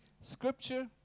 scripture